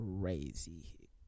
crazy